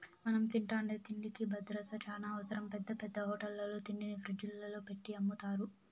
మనం తింటాండే తిండికి భద్రత చానా అవసరం, పెద్ద పెద్ద హోటళ్ళల్లో తిండిని ఫ్రిజ్జుల్లో పెట్టి అమ్ముతారు